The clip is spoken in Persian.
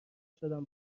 شدم